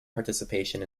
participation